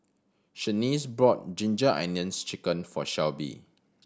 Shaniece bought Ginger Onions Chicken for Shelby